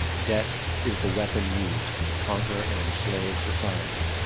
debt is the weapon used and to conquer and enslave societies,